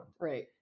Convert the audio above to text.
right